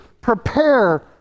prepare